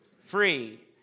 free